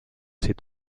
ses